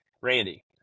Randy